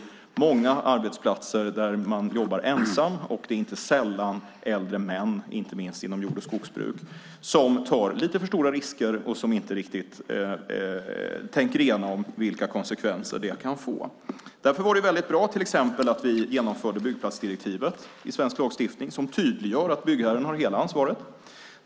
Det finns många arbetsplatser där man jobbar ensam. Det är inte sällan äldre män inom jord och skogsbruk som tar lite för stora risker och inte riktigt tänker igenom vilka konsekvenser det kan få. Därför var det bra att vi till exempel genomförde byggplatsdirektivet i svensk lagstiftning som tydliggör att byggherren har hela ansvaret.